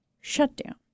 shutdown